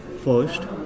first